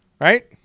right